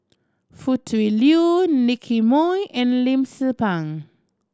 Foo Tui Liew Nicky Moey and Lim Tze Peng